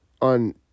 on